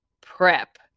prep